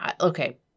okay